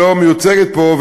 שלא מיוצגת פה,